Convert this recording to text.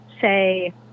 say